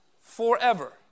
forever